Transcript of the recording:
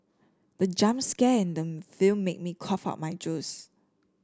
the jump scare in the film made me cough out my juice